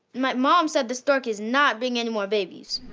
my mom said the stork is not bringing anymore babies.